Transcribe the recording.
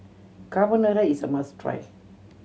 carbonara is a must try